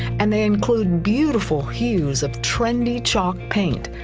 and they include beautiful hues of trendy chalk paint.